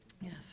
Yes